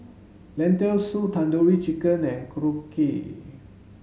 Lentil soup Tandoori Chicken and Korokke